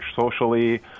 socially